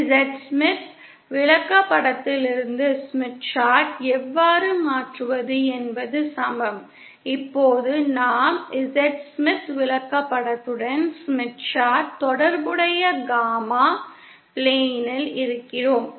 Z Smith விளக்கப்படத்திலிருந்து எவ்வாறு மாற்றுவது என்பது சமம் இப்போது நாம் Z ஸ்மித் விளக்கப்படத்துடன் தொடர்புடைய காமா பிளேனில் இருக்கிறோம்